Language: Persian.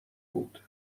بود